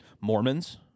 Mormons